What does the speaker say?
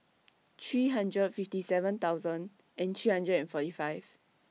three hundred fifty seven thousand three hundred and forty five